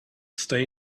stay